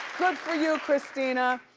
good for you, christina.